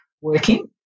working